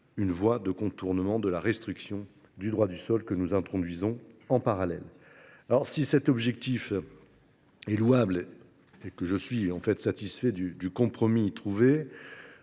une voie de contournement de la restriction au droit du sol que nous introduisons en parallèle. Si cette intention est louable et si je suis satisfait du compromis trouvé,